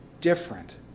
different